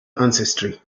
ancestry